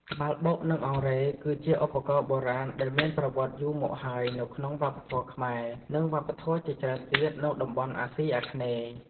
ត្បាល់បុក និង អង្រែ គឺជាឧបករណ៍បុរាណដែលមានប្រវត្តិយូរមកហើយនៅក្នុងវប្បធម៌ខ្មែរ និងវប្បធម៌ជាច្រើនទៀតនៅតំបន់អាស៊ីអាគ្នេយ៍។